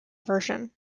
version